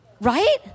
Right